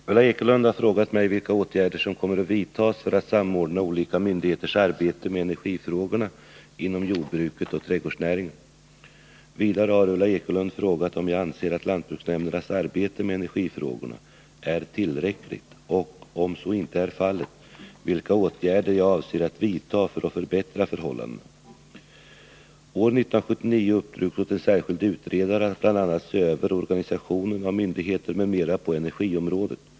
Fru talman! Ulla Ekelund har frågat mig vilka åtgärder som kommer att vidtas för att samordna olika myndigheters arbete med energifrågorna inom jordbruket och trädgårdsnäringen. Vidare har Ulla Ekelund frågat om jag anser att lantbruksnämndernas arbete med energifrågorna är tillräckligt och, om så inte är fallet, vilka åtgärder jag avser att vidta för att förbättra förhållandena. År 1979 uppdrogs åt en särskild utredare att bl.a. se över organisationen av myndigheter m.m. på energiområdet.